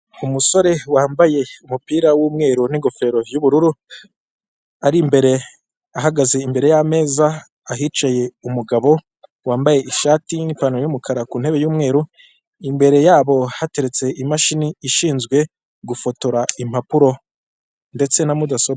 Umusore wambaye umupira w'umweru n'ingofero y'ubururu, ari imbere ahagaze imbere y'ameza ahicaye umugabo wambaye ishati n'ipantaro y'umukara ku ntebe y'umweru, imbere yabo hateretse imashini ishinzwe gufotora impapuro ndetse na mudasobwa.